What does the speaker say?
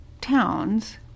towns